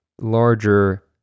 larger